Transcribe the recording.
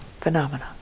phenomena